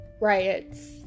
riots